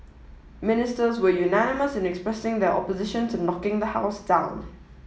ministers were unanimous in expressing their opposition to knocking the house down